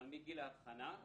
מגיל אבחנה,